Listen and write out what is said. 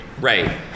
Right